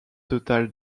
totale